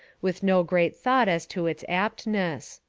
with no great thought as to its aptness.